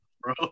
bro